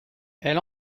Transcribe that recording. elle